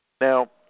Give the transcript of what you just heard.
Now